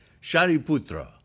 Shariputra